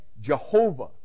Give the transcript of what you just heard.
Jehovah